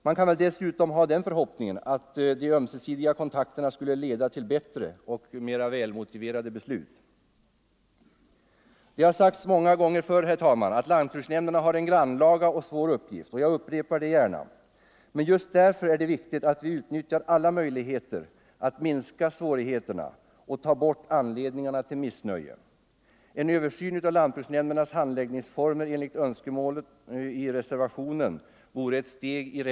Man kan väl dessutom ha den förhoppningen att de ömsesidiga kontakterna skulle leda till bättre. Nr 125 och mera välmotiverade beslut. Onsdagen den Det har sagts många gånger förr att lantbruksnämnderna har en grann 20 november 1974 laga och svår uppgift, och jag upprepar det gärna. Men just därför är det viktigt att vi utnyttjar alla möjligheter att minska svårigheterna och = Lantbruksnämnta bort anledningarna till missnöje. En översyn av lantbruksnämndernas = dernas verksamhet, handläggningsformer enligt önskemålen i reservationen vore ett steg i Mm.m.